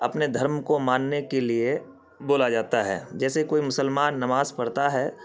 اپنے دھرم کو ماننے کے لیے بولا جاتا ہے جیسے کوئی مسلمان نماز پڑھتا ہے